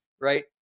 right